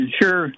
sure